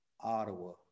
Ottawa